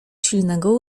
silnego